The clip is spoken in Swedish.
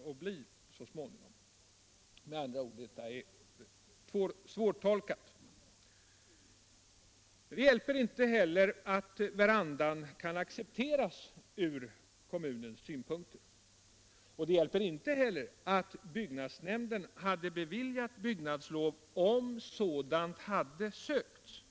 Detta är med andra ord svårtolkat. Det hjälper inte heller att verandan kan accepteras ur kommunens synpunkt, eller att byggnadsnämnden hade beviljat byggnadslov om sådant hade sökts.